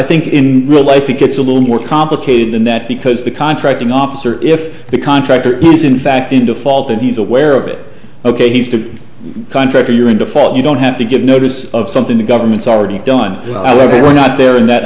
think in real life it gets a little more complicated than that because the contracting officer if the contractor is in fact in default and he's aware of it ok he's the contractor you're in default you don't have to give notice of something the government's already done well we're not there and that